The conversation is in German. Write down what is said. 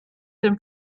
dem